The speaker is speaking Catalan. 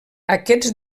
aquests